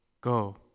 Go